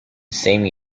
same